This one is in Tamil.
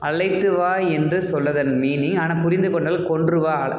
அழைத்து வா என்று சொல்வதன் மீனிங் ஆனால் புரிந்து கொண்டவர் கொன்று வா